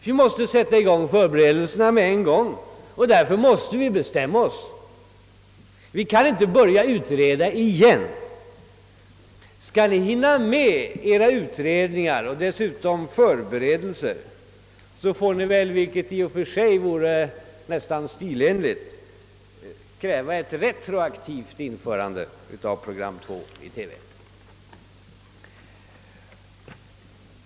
Vi måste sätta i gång förberedelserna med en gång, och därför måste vi bestämma oss. Vi kan inte börja utreda igen. Skall ni hinna med edra utredningar och dessutom förberedelser får ni väl, vilket i och för sig vore nästan stilenligt, kräva ett retroaktivt införande av program 2 i TV!